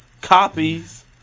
copies